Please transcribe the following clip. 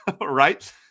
right